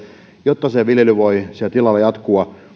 jotta se viljely voi siellä tiloilla jatkua